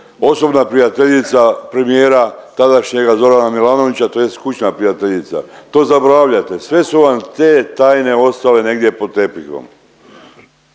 osobna prijateljica premijera tadašnjega Zorana Milanovića tj. kućna prijateljica. To zaboravljate, sve su vam te tajne ostale negdje pod tepihom.